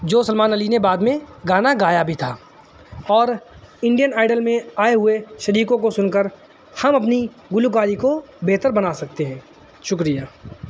جو سلمان علی نے بعد میں گانا گایا بھی تھا اور انڈین آئیڈیل میں آئے ہوئے شریکوں کو سن کر ہم اپنی گلوکاری کو بہتر بنا سکتے ہیں شکریہ